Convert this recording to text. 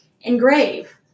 engrave